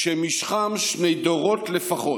שמשכם שני דורות לפחות,